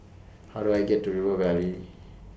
How Do I get to River Valley